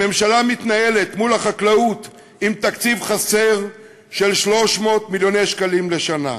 הממשלה מתנהלת מול החקלאות עם תקציב חסר של 300 מיליוני שקלים בשנה.